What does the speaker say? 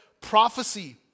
prophecy